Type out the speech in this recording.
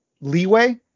leeway